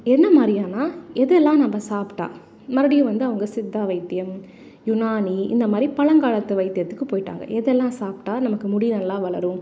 என்ன மாதிரியானா எதெல்லாம் நம்ம சாப்பிட்டா மறுபடியும் வந்து அவங்க சித்த வைத்தியம் யுனானி இந்த மாதிரி பழங்காலத்து வைத்தியத்துக்கு போய்விட்டாங்க எதெல்லாம் சாப்பிட்டா நமக்கு முடி நல்லா வளரும்